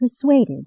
persuaded